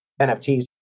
NFTs